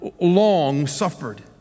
long-suffered